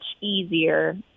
easier